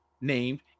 named